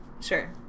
Sure